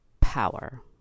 power